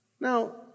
Now